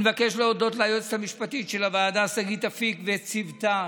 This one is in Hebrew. אני מבקש להודות ליועצת המשפטית של הוועדה שגית אפיק וצוותה,